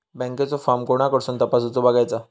बँकेचो फार्म कोणाकडसून तपासूच बगायचा?